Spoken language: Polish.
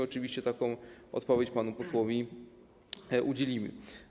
Oczywiście takiej odpowiedzi panu posłowi udzielimy.